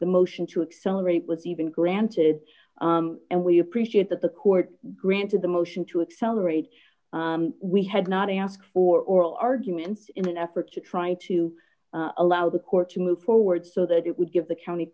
the motion to accelerate was even granted and we appreciate that the court granted the motion to accelerate we had not asked for oral arguments in an effort to try to allow the court to move forward so that it would give the county